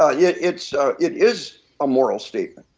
ah yeah it so it is a moral statement.